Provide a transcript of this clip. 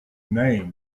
name